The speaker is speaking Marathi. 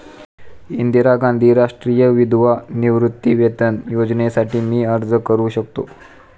इंदिरा गांधी राष्ट्रीय विधवा निवृत्तीवेतन योजनेसाठी मी अर्ज करू शकतो?